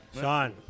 Sean